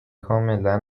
کاملا